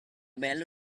bello